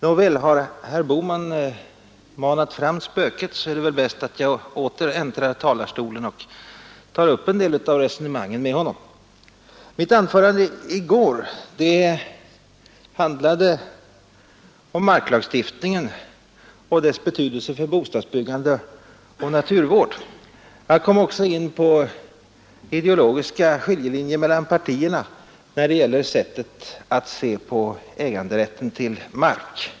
Nåväl, har herr Bohman manat fram spöket är det väl bäst att jag åter äntrar talarstolen och tar upp en del av resonemangen med honom. Mitt anförande i går handlade om marklagstiftningen och dess betydelse för bostadsbyggande och naturvård. Jag kom också in på ideologiska skiljelinjer mellan partierna när det gäller sättet att se på äganderätt till mark.